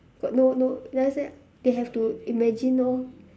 got no no what's that they have to imagine orh